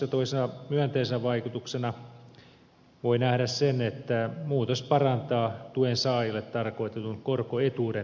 toisena myönteisenä vaikutuksena voi nähdä sen että muutos parantaa tuen saajille tarkoitetun korkoetuuden toteutumista